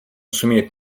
сумеет